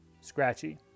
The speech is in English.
scratchy